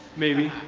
maybe.